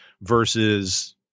versus